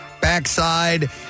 backside